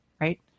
right